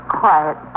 quiet